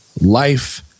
life